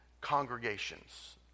congregations